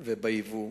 ויותר בייבוא.